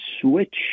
switch